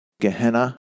Gehenna